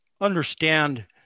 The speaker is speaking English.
understand